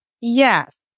Yes